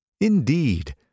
Indeed